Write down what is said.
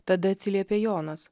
tada atsiliepė jonas